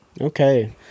okay